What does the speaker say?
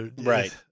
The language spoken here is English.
Right